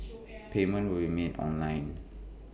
payment will be made online